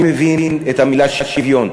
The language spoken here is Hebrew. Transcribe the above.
אני מבין את המילה שוויון,